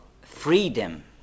freedom